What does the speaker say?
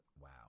Wow